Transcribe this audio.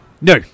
no